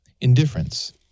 Indifference